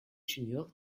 juniors